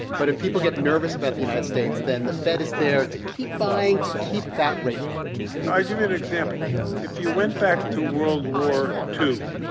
but if people get nervous about the united states, then the fed is there to keep buying to keep that rate low i'll give you an example yeah if you went back to world war ii,